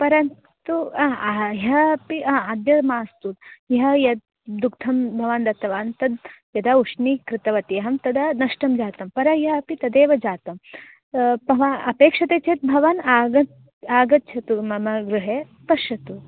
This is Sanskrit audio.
परन्तु हा ह्यः अपि अद्य मास्तु ह्यः यद् दुग्धं भवान् दत्तवान् तद् यदा उष्णीकृतवती अहं तदा नष्टं जातं परह्यः अपि तदेव जातं तव अपेक्ष्यते चेत् भवान् आगतः आगच्छतु मम गृहे पश्यतु